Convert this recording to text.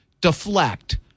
deflect